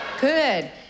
Good